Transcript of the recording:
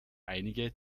einige